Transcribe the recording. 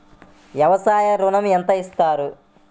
వ్యవసాయ ఋణం ఎంత ఇస్తారు?